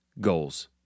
goals